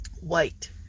white